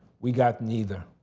we got neither.